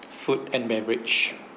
food and beverage